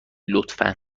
لطفا